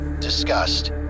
disgust